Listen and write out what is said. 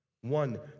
One